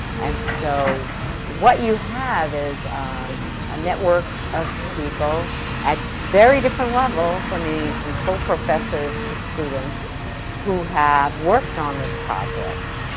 and so what you have is is a network of people at very different levels, i mean from full professors to students who have worked on this project